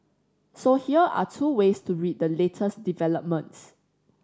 so here are two ways to read the latest developments